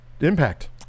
impact